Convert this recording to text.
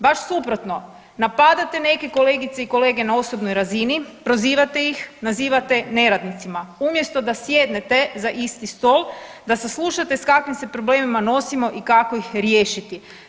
Baš suprotno, napadate neke kolegice i kolege na osobnoj razini, prozivate ih, nazivate neradnicima, umjesto da sjednete za isti stol, da saslušate s kakvim se problemima nosimo i kako ih riješiti.